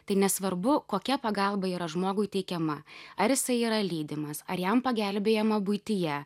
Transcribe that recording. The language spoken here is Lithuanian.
tai nesvarbu kokia pagalba yra žmogui teikiama ar jisai yra lydimas ar jam pagelbėjama buityje